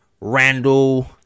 Randall